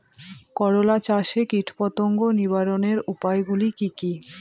করলা চাষে কীটপতঙ্গ নিবারণের উপায়গুলি কি কী?